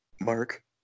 mark